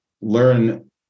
learn